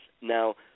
Now